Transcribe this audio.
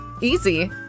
easy